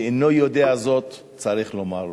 שאינו יודע זאת, צריך לומר לו.